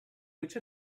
which